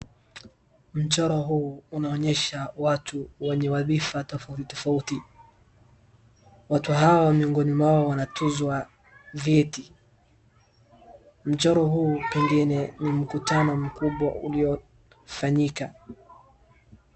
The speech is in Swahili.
Mchoro huu unaonyesha watu wenye wadhifa tofauti tofauti. Watu hawa miongoni mwao wanatuzwa vyeti. Mchoro huu pengine ni mkutano mkubwa ulio fanyika.